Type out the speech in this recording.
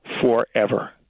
forever